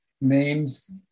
names